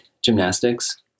gymnastics